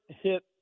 hit